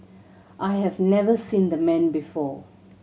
I have never seen the man before